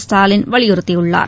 ஸ்டாலின் வலியுறுத்தியுள்ளார்